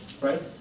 Right